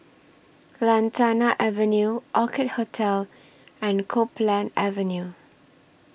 Lantana Avenue Orchid Hotel and Copeland Avenue